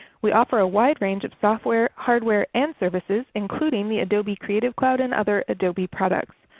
we offer a wide range of software, hardware, and services including the adobe creative cloud and other adobe products.